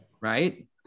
right